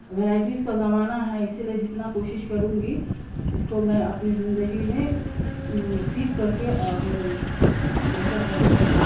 varieties کا زمانہ ہے اسی لیے جتنا کوشش کروں گی اس کو میں اپنی زندگی میں سیکھ کر کے اور بہتر کر سکوں